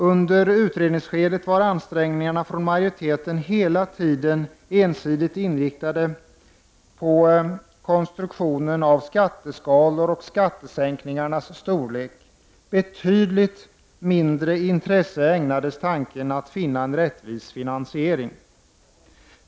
Under utredningsskedet var ansträngningarna från majoriteten hela tiden ensidigt inriktade på konstruktionen av skatteskalor och skattesänkningarnas storlek. Betydligt mindre intresse ägnades åt att finna en rättvis finansiering.